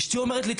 אשתי אומרת לי,